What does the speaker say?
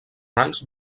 rangs